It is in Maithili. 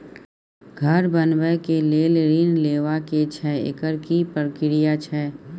घर बनबै के लेल ऋण लेबा के छै एकर की प्रक्रिया छै?